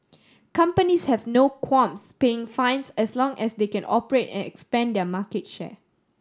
companies have no qualms paying fines as long as they can operate and expand their market share